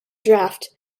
draft